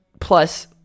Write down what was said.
plus